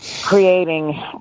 creating